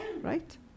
Right